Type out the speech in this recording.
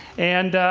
and,